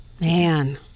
man